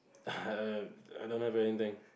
I don't have anything